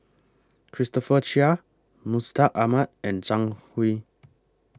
Christopher Chia Mustaq Ahmad and Zhang Hui